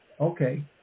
Okay